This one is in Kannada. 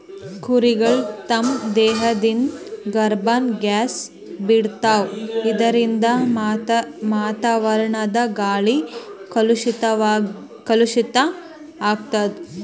ಕುರಿಗಳ್ ತಮ್ಮ್ ದೇಹದಿಂದ್ ಕಾರ್ಬನ್ ಗ್ಯಾಸ್ ಬಿಡ್ತಾವ್ ಇದರಿಂದ ವಾತಾವರಣದ್ ಗಾಳಿ ಕಲುಷಿತ್ ಆಗ್ತದ್